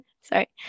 Sorry